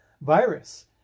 virus